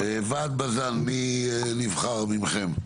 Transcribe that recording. ועד בז"ן, מי נבחר מטעמכם?